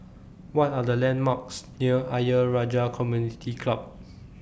What Are The landmarks near Ayer Rajah Community Club